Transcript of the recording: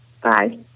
Bye